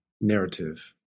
narrative